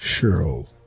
Cheryl